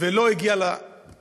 ולא הגיע לשוק.